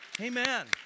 Amen